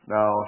Now